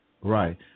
Right